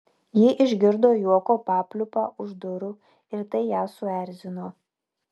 ji išgirdo juoko papliūpą už durų ir tai ją suerzino